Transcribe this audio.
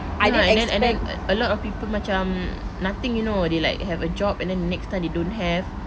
I know right and then and then a lot of people macam nothing you know they like have a job and then the next time they don't have